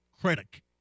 critic